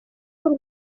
ruhu